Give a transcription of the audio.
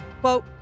Quote